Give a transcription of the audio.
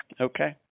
Okay